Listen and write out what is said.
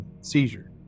seizure